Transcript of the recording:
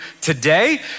today